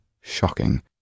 shocking